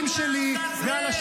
מסית ומדיח.